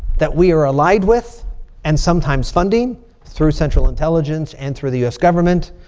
that we are aligned with and sometimes funding through central intelligence and through the us government.